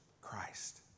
Christ